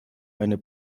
eine